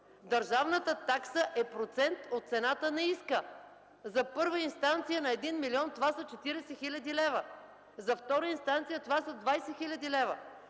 държавната такса е процент от цената на иска. За първа инстанция на 1 милион – това са 40 хил. лв., за втора инстанция – това са 20 хил. лв.